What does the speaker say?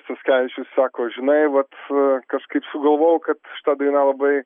suskevičius sako žinai vat kažkaip sugalvojau kad šita daina labai